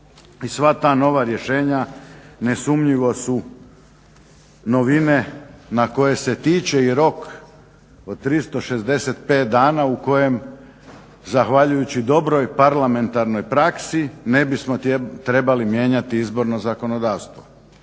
sva ta nova rješenja nesumnjivo su novine na koje se tiče i rok od 365 dana u kojem zahvaljujući dobroj parlamentarnoj praksi ne bismo trebali mijenjati izborno zakonodavstvo.